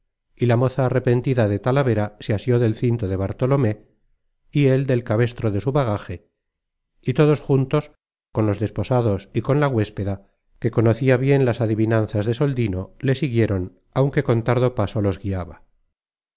y la moza arrepentida de talavera se asió del cinto de bartolomé y él del cabestro de su bagaje y todos juntos con los desposados y con la huéspeda que conocia bien las adivinanzas de soldino le siguieron aunque con tardo paso los guiaba